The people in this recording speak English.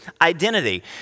identity